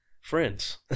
Friends